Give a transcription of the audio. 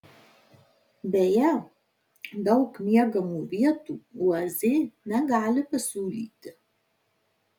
beje daug miegamų vietų uaz negali pasiūlyti